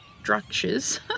structures